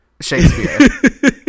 Shakespeare